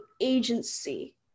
agency